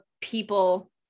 people